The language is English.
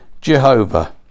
Jehovah